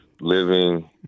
living